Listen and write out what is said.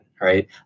Right